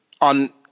on